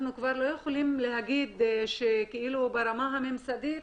אנחנו כבר לא יכולים להגיד שברמה הממסדית